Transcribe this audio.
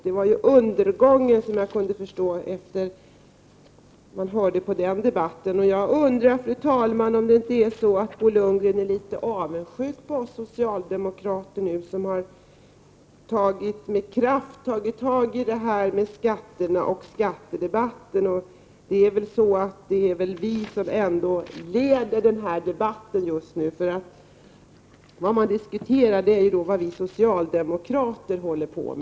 Det var undergången, lät det då i debatten. Jag undrar, fru talman, om inte Bo Lundgren är litet avundsjuk på oss socialdemokrater som med kraft har tagit tag i skatterna och skattedebatten. Det är ändå vi som leder debatten just nu. Vad alla diskuterar är vad socialdemokraterna gör.